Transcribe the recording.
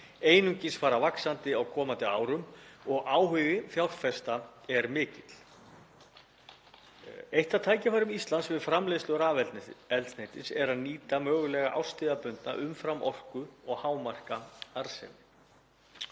einungis fara vaxandi á komandi árum. Áhugi fjárfesta er mikill. Eitt af tækifærum Íslands við framleiðslu rafeldsneytis er að nýta mögulega árstíðabundna umframorku og hámarka arðsemi.